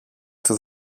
του